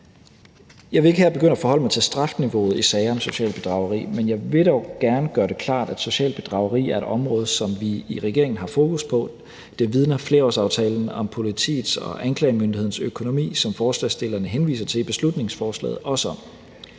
Jeg vil ikke her begynde at forholde mig til strafniveauet i sager om socialt bedrageri, men jeg vil dog gerne gøre det klart, at socialt bedrageri er et område, som vi i regeringen har fokus på. Det vidner flerårsaftalen om politiets og anklagemyndighedens økonomi, som forslagsstillerne henviser til i beslutningsforslaget, også om.